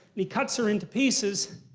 and he cuts her into pieces.